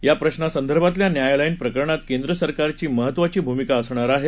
या प्रशासंदर्भातल्या न्यायालयीन प्रकरणात केंद्र सरकारची महत्वीची भूमिका असणार आहे